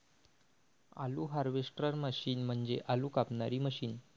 आलू harvester machine म्हणजे आलू कापणारी मशीन